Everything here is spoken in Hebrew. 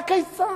הכיצד?